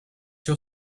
your